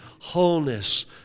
wholeness